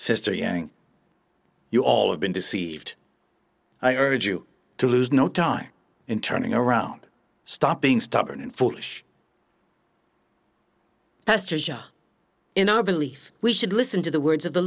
sister yang you all have been deceived i urge you to lose no time in turning around stop being stubborn and full pastor in our belief we should listen to the words of the